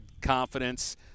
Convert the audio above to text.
confidence